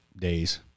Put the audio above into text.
days